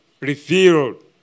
revealed